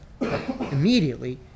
immediately